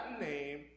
name